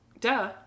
Duh